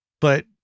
but-